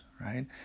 right